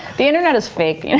the internet is fake. and